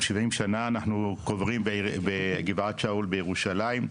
70 שנים אנחנו קוברים בגבעת שאול בירושלים.